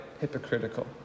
hypocritical